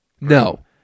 No